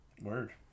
Word